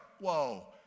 whoa